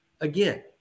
Again